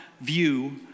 view